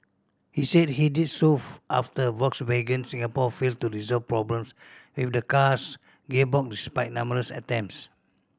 he said he did so after Volkswagen Singapore failed to resolve problems with the car's gearbox despite numerous attempts